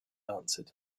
answered